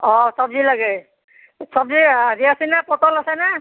অ চবজি লাগে চবজি হেৰি আছেনে পটল আছেনে